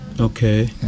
Okay